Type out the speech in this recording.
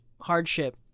hardship